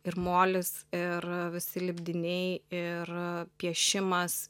ir molis ir visi lipdiniai ir piešimas